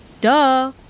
Duh